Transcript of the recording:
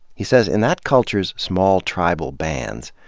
he says in that cu lture's small tribal bands,